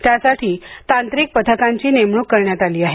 त्यासाठी तांत्रिक पथकांची नेमणूक करण्यात आली आहे